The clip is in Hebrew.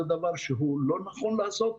זה דבר שלא נכון לעשות.